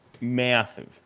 Massive